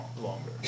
longer